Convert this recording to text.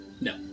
No